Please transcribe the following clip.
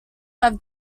have